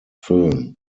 füllen